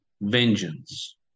vengeance